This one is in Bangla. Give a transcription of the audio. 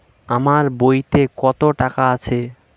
আমার বইতে কত টাকা আছে?